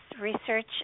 research